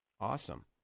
Awesome